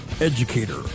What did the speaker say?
Educator